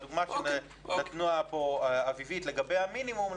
הדוגמה שנתנה אביבית לגבי המינימום,